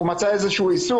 הוא מצא איזשהו עיסוק.